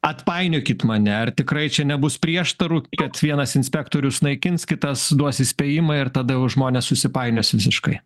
atpainiokit mane ar tikrai čia nebus prieštarų kad vienas inspektorius naikins kitas duos įspėjimą ir tada jau žmonės susipainios visiškai